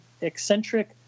eccentric